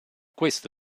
questo